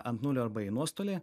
ant nulio arba į nuostolį